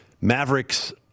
Mavericks